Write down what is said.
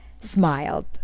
smiled